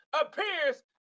appears